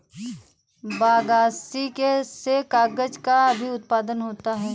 बगासी से कागज़ का भी उत्पादन होता है